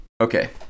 Okay